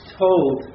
told